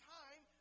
time